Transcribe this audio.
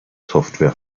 software